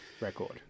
record